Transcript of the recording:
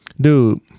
Dude